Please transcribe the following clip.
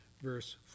verse